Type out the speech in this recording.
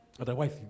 Otherwise